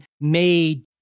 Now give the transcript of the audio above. made